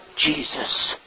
Jesus